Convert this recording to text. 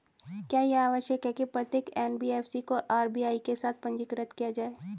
क्या यह आवश्यक है कि प्रत्येक एन.बी.एफ.सी को आर.बी.आई के साथ पंजीकृत किया जाए?